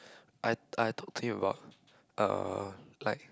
I I talk to him about uh like